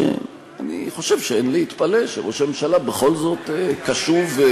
שאני חושב שאין להתפלא שראש הממשלה בכל זאת קשוב.